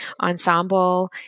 ensemble